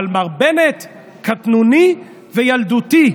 אבל מר בנט קטנוני וילדותי,